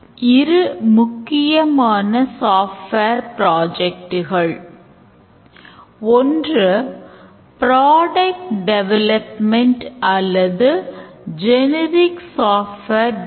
Use caseகள் புரிந்துகொள்ள எளிமையாக இருக்க வேண்டும் மேலும் இது தேவைப்படும் இடங்களில் சிதைக்கப்படலாம் மேலும் இவை தேவைகள் என்பதையும் நினைவில் கொள்ள வேண்டும்